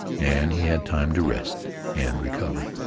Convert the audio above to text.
and he had time to rest and recover.